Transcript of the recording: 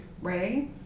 Ray